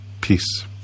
Peace